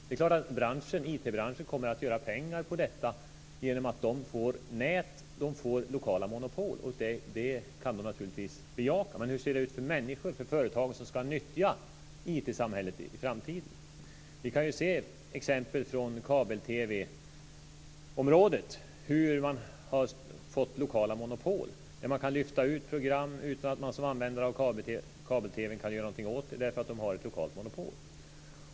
Det är klart att IT-branschen kommer att göra pengar på det här genom att den får nät och lokala monopol. Det kan branschen naturligtvis bejaka. Men hur ser det ut för människorna och för företagen som ska nyttja IT-samhället i framtiden? Vi kan se exempel från kabel-TV-området på hur man har fått lokala monopol. Där kan man lyfta ut program utan att man som användare av kabel-TV kan göra någon åt det, därför att det finns ett lokalt monopol.